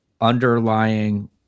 underlying